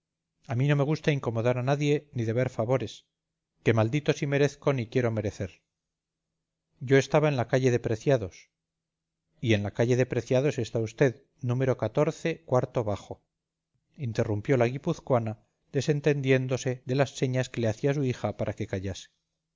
a mí no me gusta incomodar a nadie ni deber favores que maldito si merezco ni quiero merecer yo estaba en la calle de preciados y en la calle de preciados está usted número cuarto bajo interrumpió la guipuzcoana desentendiéndose de las señas que le hacía su hija para que callase